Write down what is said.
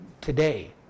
today